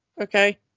okay